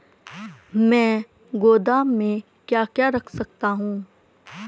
मैं गोदाम में क्या क्या रख सकता हूँ?